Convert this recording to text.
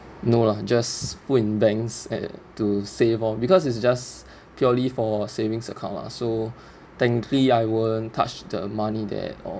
no lah just put in banks and to save lor because it's just purely for savings account lah so thankfully I won't touch the money there all